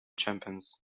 champions